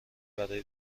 برای